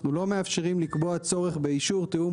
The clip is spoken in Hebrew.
אנחנו לא מאפשרים לקבוע צורך באישור תיאום